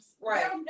Right